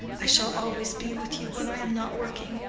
i shall always be with you when i am not working.